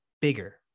bigger